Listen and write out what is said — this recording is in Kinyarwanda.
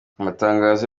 amatangazo